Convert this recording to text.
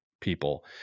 people